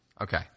Okay